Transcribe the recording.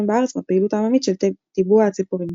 בארץ והפעילות העממית של טיבוע הציפורים.